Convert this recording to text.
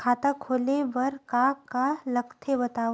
खाता खोले बार का का लगथे बतावव?